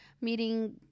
meeting